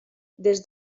des